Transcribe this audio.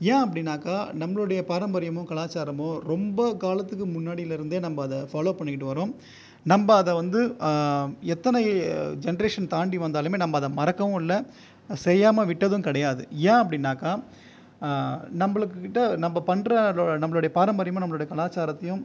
ஏன் அப்படின்னாக்கால் நம்மளுடைய பாரம்பரியமும் கலாச்சாரமும் ரொம்ப காலத்துக்கு முன்னாடியில் இருந்தே நம்ம அதை ஃபாலோ பண்ணிக்கிட்டு வரோம் நம்ம அதை வந்து எத்தனை ஜென்ட்ரேஷன் தாண்டி வந்தாலுமே நம்ம அதை மறக்கவும் இல்லை செய்யாமல் விட்டதும் கிடையாது ஏன் அப்படின்னாக்கால் நம்மளுக்கும் கிட்டே நம்ம பண்ணுறதுக்கு நம்மளுடைய பாரம்பரியமும் கலாச்சாரத்தையும்